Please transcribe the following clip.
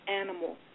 animal